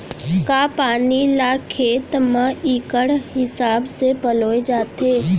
का पानी ला खेत म इक्कड़ हिसाब से पलोय जाथे?